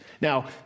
Now